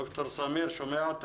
עד שנעלה את דוקטור סמיר, נשמע את